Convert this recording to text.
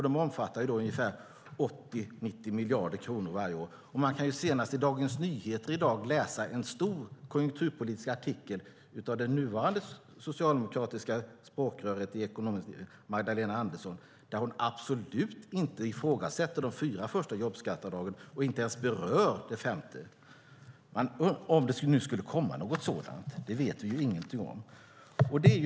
De omfattar ungefär 80-90 miljarder kronor varje år. Man kunde i Dagens Nyheter i dag läsa en stor konjunkturpolitisk artikel av det nuvarande socialdemokratiska språkröret i ekonomifrågor, Magdalena Andersson. Hon ifrågasätter absolut inte de fyra första jobbskatteavdragen och berör inte ens det femte - om det nu skulle komma något sådant; det vi ingenting om.